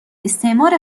استعمار